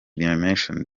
dimension